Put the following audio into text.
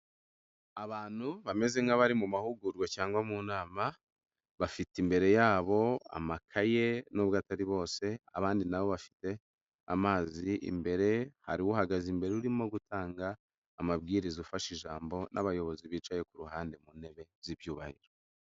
Abantu bameze nk'abari mu mahugurwa cyangwa mu nama, bafite imbere yabo amakaye nubwo atari bose, abandi nabo bafite amazi imbere, hari uhagaze imbere urimo gutanga amabwiriza ufashe ijambo, n'abayobozi bicaye ku ruhande mu ntebe z'ibyuyubahiro.